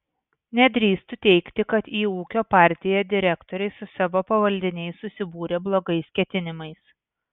nedrįstu teigti kad į ūkio partiją direktoriai su savo pavaldiniais susibūrė blogais ketinimais